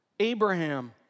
Abraham